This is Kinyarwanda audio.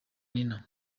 nina